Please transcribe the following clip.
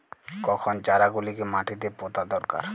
কখন চারা গুলিকে মাটিতে পোঁতা দরকার?